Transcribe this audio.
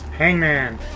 Hangman